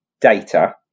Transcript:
data